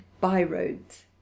by-roads